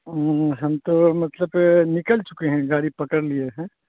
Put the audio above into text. ہوں ہم تو مطلب نکل چکے ہیں گاڑی پکڑ لیے ہیں